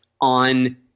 on